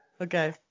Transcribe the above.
Okay